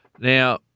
Now